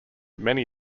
many